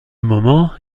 moment